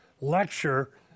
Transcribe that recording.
lecture